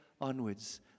onwards